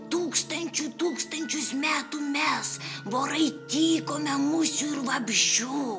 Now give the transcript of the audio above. tūkstančių tūkstančius metų mes vorai tykome musių ir vabzdžių